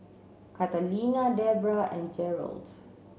Catalina Debrah and Jerald